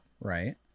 Right